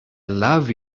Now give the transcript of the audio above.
love